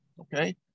Okay